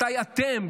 מתי אתם,